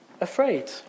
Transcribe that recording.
afraid